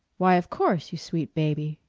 why, of course, you sweet baby.